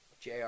Jr